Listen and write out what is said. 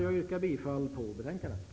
Jag yrkar bifall till hemställan i betänkandet.